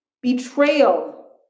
betrayal